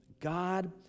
God